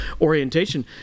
orientation